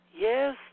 Yes